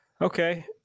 Okay